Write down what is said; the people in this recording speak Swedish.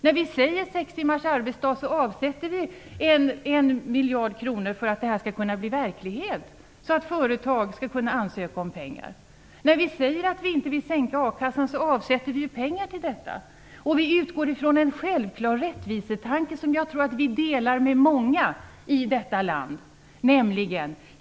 När vi föreslår sex timmars arbetsdag avsätter vi en miljard kronor för att detta skall kunna bli verklighet, så att företag skall kunna ansöka om pengar. När vi säger att vi inte vill sänka ersättningen från a-kassan så avsätter vi pengar till detta. Vi utgår ifrån en självklar rättvisetanke som jag tror att vi delar med många i detta land.